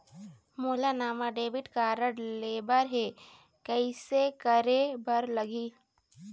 मोला नावा debit card लेबर हे, कइसे करे बर लगही?